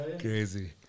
Crazy